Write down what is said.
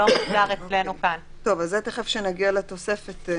נחדד את זה כשנגיע לתוספת.